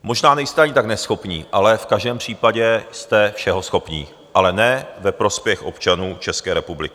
Možná nejste ani tak neschopní, ale v každém případě jste všehoschopní, ale ne ve prospěch občanů České republiky.